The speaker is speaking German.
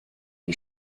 wie